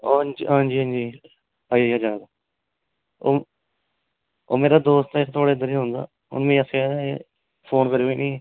ओह् आं जी आं जी आइया याद ओह् ओह् मेरा दोस्त ऐ थोह्ड़े घरै गी औंदा ओह् मिगी आक्खेआ हा की फोन करेओ मिगी